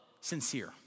sincere